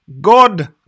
God